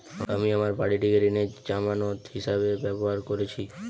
আমি আমার বাড়িটিকে ঋণের জামানত হিসাবে ব্যবহার করেছি